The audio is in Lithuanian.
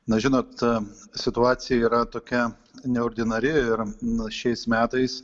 na žinot situacija yra tokia neordinari ir šiais metais